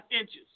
inches